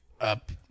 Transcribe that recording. up